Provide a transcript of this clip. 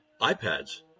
iPads